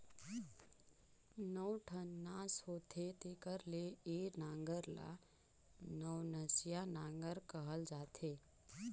नौ ठन नास होथे तेकर ले ए नांगर ल नवनसिया नागर कहल जाथे